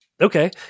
Okay